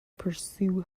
pursue